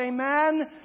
Amen